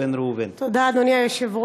יחיא, תודה רבה.